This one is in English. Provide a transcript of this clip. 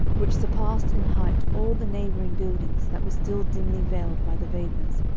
which surpassed in height all the neighbouring buildings that were still dimly veiled by the vapours,